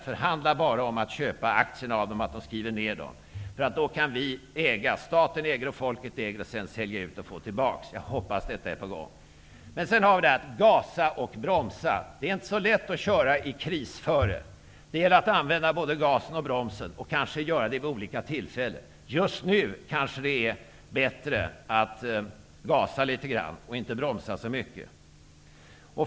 Förhandla bara om att köpa aktierna av dem och att de skriver ner dem. Då kan staten och folket äga bankerna för att sedan sälja ut aktierna och få tillbaka pengarna. Jag hoppas att detta är på gång. Sedan har vi detta med att gasa och bromsa. Det är inte så lätt att köra i krisföre. Det gäller att använda både gasen och bromsen och kanske göra det vid olika tillfällen. Just nu kanske det är bättre att gasa litet grand och inte bromsa så mycket.